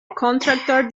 contractor